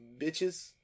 bitches